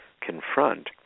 confront